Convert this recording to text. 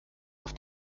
auf